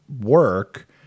work